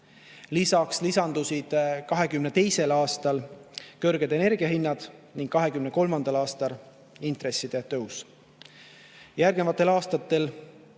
Lisaks lisandusid 2022. aastal kõrged energiahinnad ning 2023. aastal intresside tõus. Järgnevatel aastatel